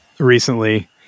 recently